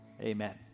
Amen